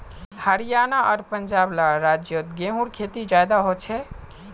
हरयाणा आर पंजाब ला राज्योत गेहूँर खेती ज्यादा होछे